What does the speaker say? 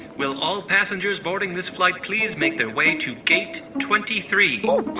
will all passengers boarding this flight please make their way to gate twenty three?